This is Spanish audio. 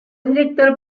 director